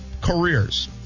careers